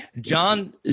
John